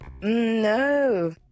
No